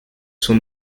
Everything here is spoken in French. son